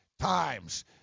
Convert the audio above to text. times